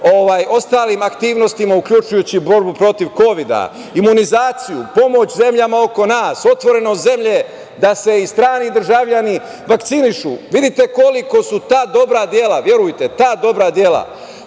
kažemo aktivnostima, uključujući borbu protiv kovida, imunizaciju, pomoć zemljama oko nas, otvorenost zemlje da se i strani državljani vakcinišu, vidite koliko su ta dobra dela. Verujte, ta dobra dela